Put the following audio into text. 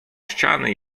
ściany